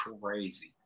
crazy